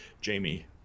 Jamie